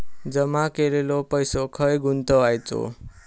जमा केलेलो पैसो खय गुंतवायचो?